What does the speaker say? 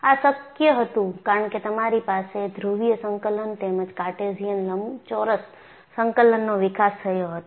આ શક્ય હતું કારણ કે તમારી પાસે ધ્રુવીય સંકલન તેમજ કાર્ટેશિયન લંબચોરસ સંકલનનો વિકાસ થયો હતો